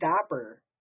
stopper